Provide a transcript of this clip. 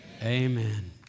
amen